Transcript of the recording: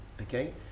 okay